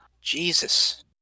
Jesus